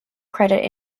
credit